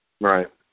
Right